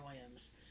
Williams